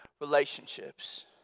Relationships